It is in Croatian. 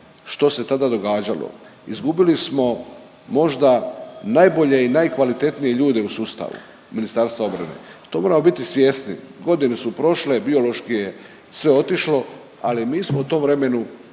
što se tada događalo. Izgubili smo možda najbolje i najkvalitetnije ljude u sustavu Ministarstva obrane. To moramo biti svjesni, godine su prošle, biološki je sve otišlo, ali mi smo u tom vremenu